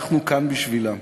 ושאנחנו כאן בשבילם.